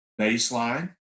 baseline